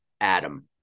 Adam